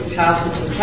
passages